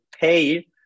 pay